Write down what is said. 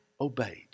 obeyed